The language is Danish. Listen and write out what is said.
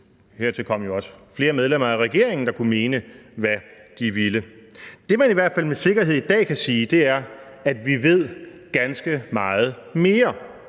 herunder flere medlemmer af regeringen, der kunne mene, hvad de ville. Det, man i hvert fald med sikkerhed i dag kan sige, er, at vi ved ganske meget mere.